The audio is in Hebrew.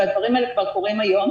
והדברים האלה כבר קורים היום.